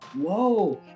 whoa